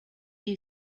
you